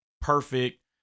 perfect